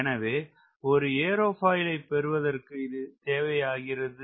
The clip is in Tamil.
எனவே ஒரு ஏரோபாயிலை பெறுவதற்கு இது தேவையாகிறது